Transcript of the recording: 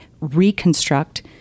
reconstruct